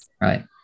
Right